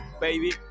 Baby